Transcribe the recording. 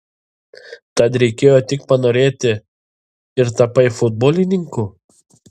tad reikėjo tik panorėti ir tapai futbolininku